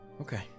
okay